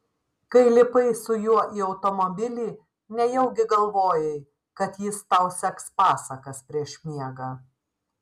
kai lipai su juo į automobilį nejaugi galvojai kad jis tau seks pasakas prieš miegą